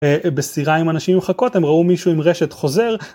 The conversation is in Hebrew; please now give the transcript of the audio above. בסירה עם אנשים מחכות, הם ראו מישהו עם רשת חוזר.